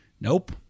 nope